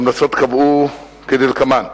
וההמלצות קבעו כדלקמן: